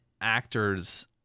actors